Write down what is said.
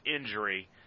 injury